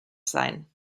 sein